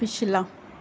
ਪਿਛਲਾ